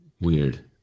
Weird